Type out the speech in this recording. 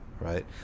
right